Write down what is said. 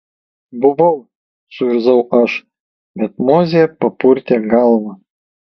buvau suirzau aš bet mozė papurtė galvą